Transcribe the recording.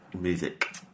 music